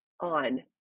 on